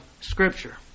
Scripture